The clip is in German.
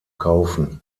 kaufen